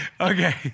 Okay